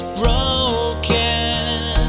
broken